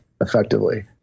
effectively